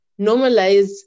normalize